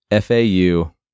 FAU